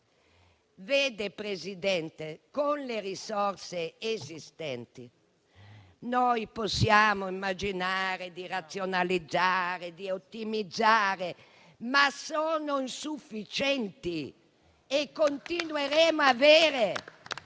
signor Presidente, con le risorse esistenti noi possiamo immaginare di razionalizzare e ottimizzare, ma sono insufficienti e continueremo ad avere